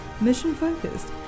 mission-focused